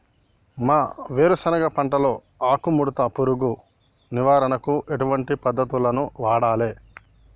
మా వేరుశెనగ పంటలో ఆకుముడత పురుగు నివారణకు ఎటువంటి పద్దతులను వాడాలే?